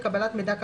לקבלת מידע כאמור,